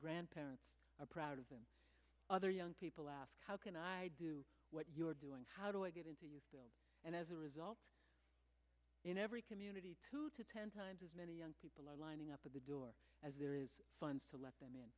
grandparents are proud of them other young people ask how can i do what you're doing how do i get it and as a result in every community two to ten times as many young people are lining up at the door as there is funds to let them in